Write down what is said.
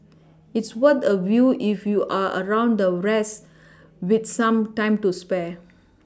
it's worth a view if you're around the rest with some time to spare